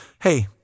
Hey